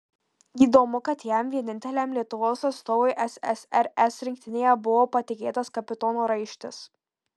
įdomu kad jam vieninteliam lietuvos atstovui ssrs rinktinėje buvo patikėtas kapitono raištis